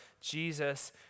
Jesus